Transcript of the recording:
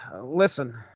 listen